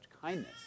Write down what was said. kindness